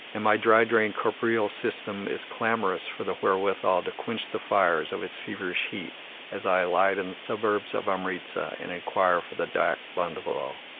and my dry-drained corporeal system is clamorous for the wherewithal to quench the fires of its feverish heat as i alight in the suburbs of amritza and inquire for the dak bungalow.